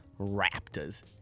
Raptors